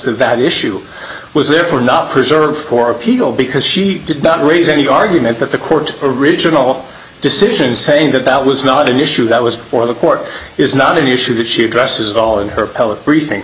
value issue was therefore not preserved for appeal because she did not raise any argument that the court original decision saying that that was not an issue that was before the court is not an issue that she addresses all in her pellet briefing